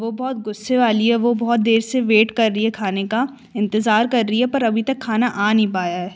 वो बहुत ग़ुस्से वाली है वो बहुत देर से वेट कर रही है खाने का इंतेज़ार कर रही है पर अभी तक खाना आ नहीं पाया है